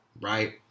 right